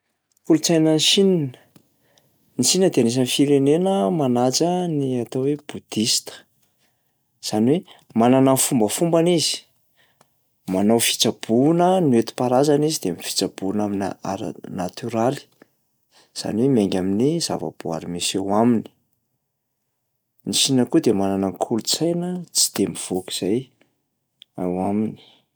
Kolontsaina any Chine, ny Chine de anisan'ny firenena manaja ny atao hoe bouddhiste, zany hoe manana ny fombafombany izy. Manao fitsaboana noetim-paharazana izy de ny fitsaboana aminà ara-natioraly, zany hoe miainga amin'ny zavaboary misy eo aminy. Ny Chine koa dia manana kolotsaina tsy de mivoaka izay ao aminy.